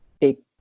take